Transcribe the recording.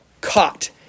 caught